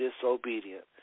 disobedient